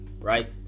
right